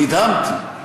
נדהמתי.